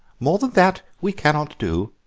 more than that we cannot do.